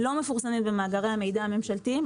לא מפורסמים במאגרי המידע הממשלתיים.